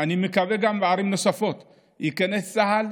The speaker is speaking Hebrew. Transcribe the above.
ייכנס צה"ל,